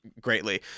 greatly